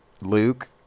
Luke